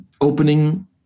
opening